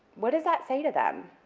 what does that say to them?